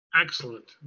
Excellent